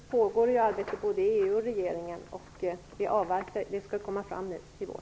Herr talman! Som jag sade tidigare pågår det arbete både i EU och i regeringen, och det arbetet skall bli färdigt nu i vår.